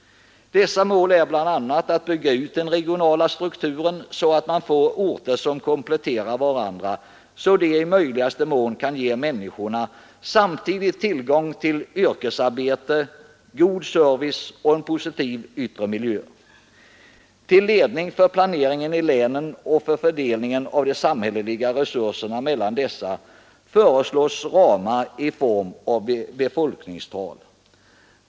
Dessa mål innebär bl.a. att man skall bygga ut den regionala strukturen så att man får orter som kompletterar varandra så att de i möjligaste mån kan ge människorna samtidig tillgång till yrkesarbete, god service och en positiv yttre miljö. Till ledning för planeringen i länen och för fördelningen av de samhälleliga resurserna mellan dessa föreslås ramar i form av befolkningstal.